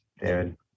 David